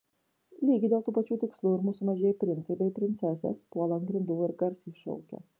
lygiai dėl tų pačių tikslų ir mūsų mažieji princai bei princesės puola ant grindų ir garsiai šaukia